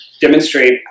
demonstrate